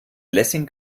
lessing